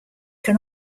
can